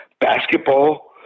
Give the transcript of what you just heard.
Basketball